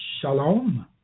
shalom